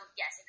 yes